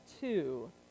two